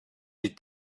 est